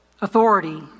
Authority